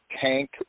Tank